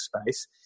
space